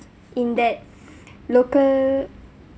in that local